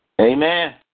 Amen